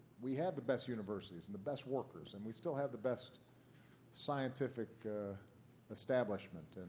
we have the best universities and the best workers and we still have the best scientific establishment